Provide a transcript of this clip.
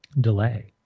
Delay